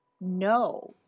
no